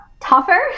tougher